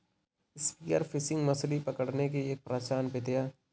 spear fishing मछली पकड़ने की एक प्राचीन विधि है